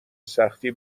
سختی